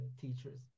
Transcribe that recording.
teachers